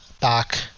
back